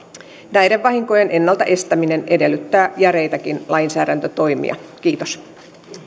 näiden vahinkojen ennalta estäminen edellyttää järeitäkin lainsäädäntötoimia kiitos